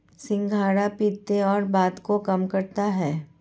सिंघाड़ा पित्त और वात को कम करता है